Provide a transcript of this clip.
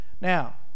Now